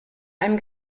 einem